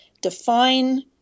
define